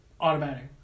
automatic